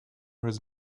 his